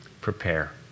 Prepare